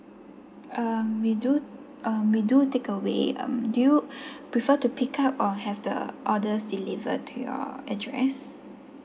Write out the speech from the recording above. um we do um we do take away um do you prefer to pick up or have the orders delivered to your address